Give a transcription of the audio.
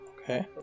Okay